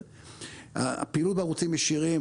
הפעילות בערוצים ישירים,